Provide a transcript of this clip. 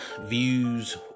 views